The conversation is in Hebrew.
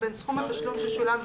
זה הרושם שנוצר.